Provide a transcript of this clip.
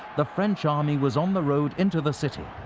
the french army was on the road into the city.